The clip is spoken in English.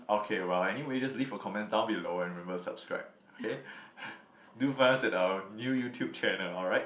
okay well anyway just leave your comments down below and remember to subscribe okay do find us at our new YouTube channel alright